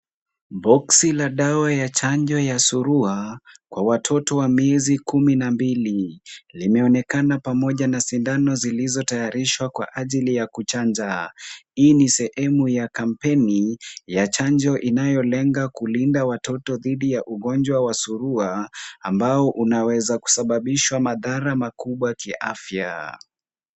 Boksi la dawa ya chanjo ya surua kwa watoto wa miezi kumi na mbili limeonekana pamoja na sindano zilizotayarishwa kwa ajili ya kuchanja. Hii si sehemu ya kampeni ya chanjo inayolenga kulinda watoto dhidi ya ugonjwa wa surua ambao unaweza kusababisha madhara makubwa kiafya.